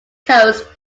coast